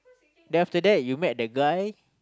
then after that you met that guy